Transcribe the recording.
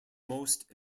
most